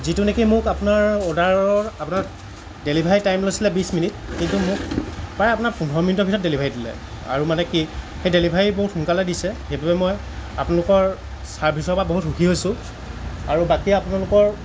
যিটোনেকি মোক আপোনাৰ অৰ্ডাৰৰ আপোনাৰ ডেলিভাৰী টাইম লৈছিলে বিছ মিনিট কিন্তু মোক প্ৰায় পোন্ধৰ মিনিটৰ পিছত ডেলিভাৰী দিলে আৰু মানে কি সি ডেলিভাৰী বহুত সোনকালে দিছে সেইটোৱে মই আপোনালোকৰ চাৰ্ভিছৰ পৰা বহুত সুখী হৈছোঁ আৰু বাকী আপোনালোকৰ